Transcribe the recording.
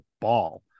ball